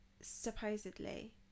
Supposedly